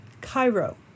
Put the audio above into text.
cairo